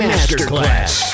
Masterclass